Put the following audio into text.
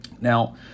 Now